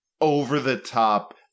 over-the-top